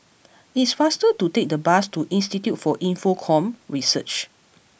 it is faster to take the bus to Institute for Infocomm Research